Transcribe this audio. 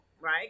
right